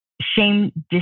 shame